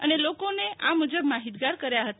અને લોકોને આ મુજબ માહિતગાર કર્યા હતા